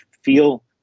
feel